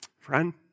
Friend